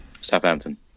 Southampton